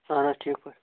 اَہَن حظ ٹھیٖک پٲٹھۍ